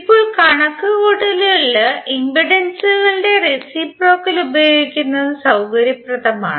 ഇപ്പോൾ കണക്കുകൂട്ടലിൽ ഇംപെൻഡൻസുകളുടെ റേസിപ്രോക്കൽ ഉപയോഗിക്കുന്നത് സൌകര്യപ്രദമാണ്